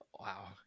Wow